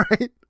right